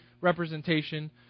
representation